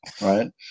right